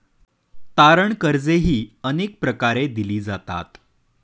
तारण कर्जेही अनेक प्रकारे दिली जातात